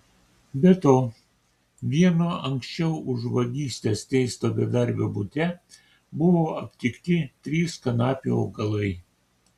be to vieno anksčiau už vagystes teisto bedarbio bute buvo aptikti trys kanapių augalai